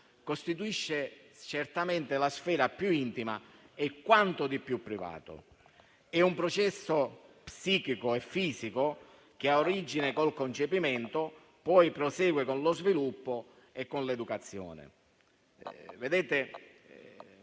costituisce certamente la sfera più intima e quanto di più privato. È un processo psichico e fisico che ha origine con il concepimento, poi prosegue con lo sviluppo e con l'educazione.